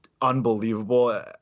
unbelievable